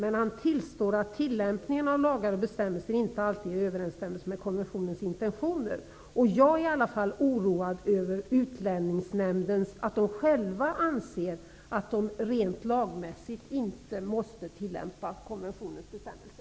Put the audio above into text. Men han tillstår också att tillämpningen av lagar och bestämmelser inte alltid är i överensstämmelse med barnkonventionens intentioner. Jag är oroad över att Utlänningsnämnden själv anser att den rent lagmässigt inte är tvungen att tillämpa konventionens bestämmelser.